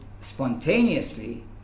spontaneously